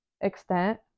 extent